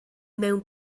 mewn